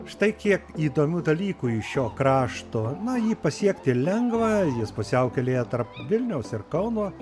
štai tiek įdomių dalykų iš šio krašto nu jį pasiekti lengva jis pusiaukelėje tarp vilniaus ir kauno